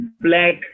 black